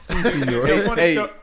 Hey